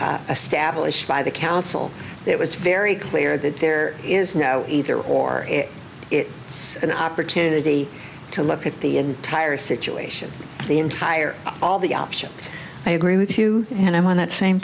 established by the council it was very clear that there is no either or it's an opportunity to look at the entire situation the entire all the options i agree with you and i'm on that same